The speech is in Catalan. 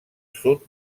sud